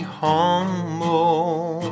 humble